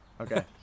Okay